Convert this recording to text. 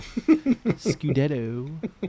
Scudetto